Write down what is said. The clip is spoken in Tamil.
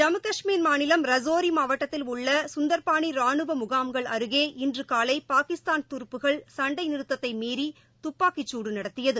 ஜம்மு கஷ்மீர் மாநிலம் ரஜோரி மாவட்டத்தில் உள்ள சுந்தர்பானி ரானுவ முகாம்கள் அருகே இன்று காலை பாகிஸ்தான் துருப்புகள் சண்டை நிறுத்தத்தை மீறி துப்பாக்கிச்சூடு நடத்தியது